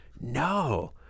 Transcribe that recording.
no